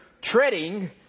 treading